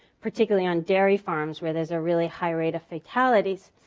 particularly on dairy farms where there's a really high rate of fatalities.